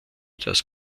das